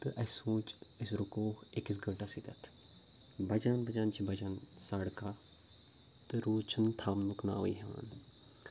تہٕ اَسہِ سوٗنٛچ أسۍ رُکو أکِس گنٛٹَس ییٚتیٚتھ بَجان بَجان چھِ بَجان ساڑٕ کَہہ تہٕ روٗد چھِنہٕ تھَمنُک ناوٕے ہٮ۪وان